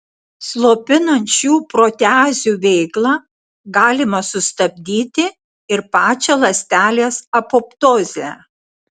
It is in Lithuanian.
slopinant šių proteazių veiklą galima sustabdyti ir pačią ląstelės apoptozę